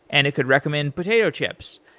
and it could recommend potato chips.